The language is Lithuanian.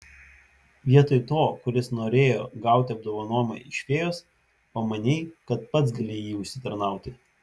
vietoj to kuris norėjo gauti apdovanojimą iš fėjos pamanei kad pats gali jį užsitarnauti